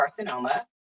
carcinoma